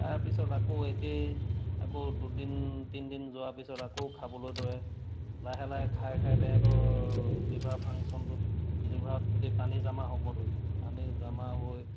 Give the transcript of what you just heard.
তাৰপিছত আকৌ একেই আকৌ দুদিন তিনিদিন যোৱাৰ পিছত আকৌ খাবলৈ ধৰে লাহে লাহে খাই খাই তেহেঁতৰ লিভাৰ ফাংশ্যনটোত লিভাৰত গোটেই পানী জমা হ'ব ধৰিলে পানী জমা হৈ